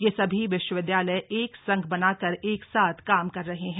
ये सभी विश्वविद्यालय एक संघ बना कर एक साथ काम कर रहे हैं